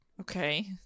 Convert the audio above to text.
Okay